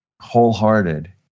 wholehearted